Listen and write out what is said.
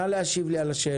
נא להשיב לי על השאלה.